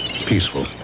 peaceful